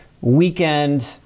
weekend